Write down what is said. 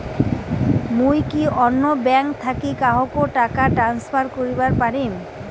মুই কি অন্য ব্যাঙ্ক থাকি কাহকো টাকা ট্রান্সফার করিবার পারিম?